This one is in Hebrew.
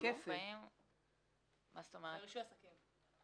ברישוי עסקים.